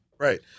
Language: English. Right